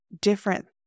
different